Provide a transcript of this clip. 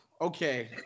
Okay